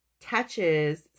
touches